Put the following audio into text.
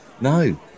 No